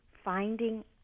finding